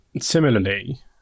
similarly